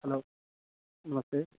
hello नमस्ते